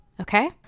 Okay